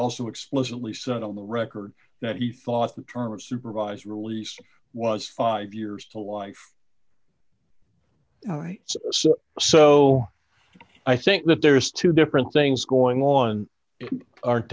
also explicitly said on the record that he thought the term of supervised release was five years to life rights so i think that there is two different things going on aren't